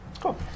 Cool